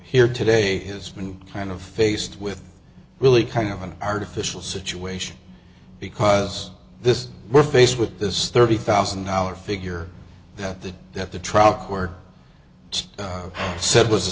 here today has been kind of faced with really kind of an artificial situation because this we're faced with this thirty thousand dollar figure that the that the trial court said was a